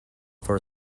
for